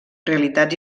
realitats